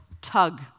tug